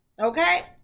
okay